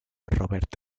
robert